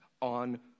on